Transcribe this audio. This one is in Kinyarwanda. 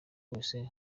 wese